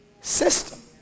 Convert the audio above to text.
system